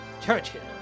Churchill